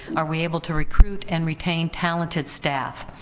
are we able to recruit and retain talented staff?